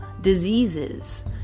diseases